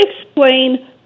explain